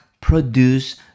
produce